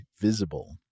Visible